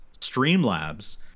Streamlabs